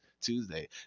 Tuesday